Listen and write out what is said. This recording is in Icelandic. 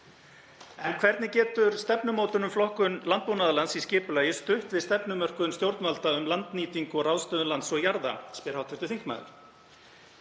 hvernig getur stefnumótun um flokkun landbúnaðarlands í skipulagi stutt við stefnumörkun stjórnvalda um landnýtingu og ráðstöfun lands og jarða?